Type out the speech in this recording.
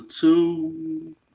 two